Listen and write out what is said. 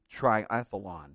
Triathlon